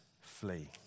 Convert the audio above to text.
flee